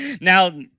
Now